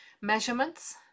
measurements